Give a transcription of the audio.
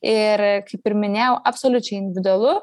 ir kaip ir minėjau absoliučiai individualu